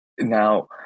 Now